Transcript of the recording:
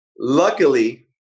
Luckily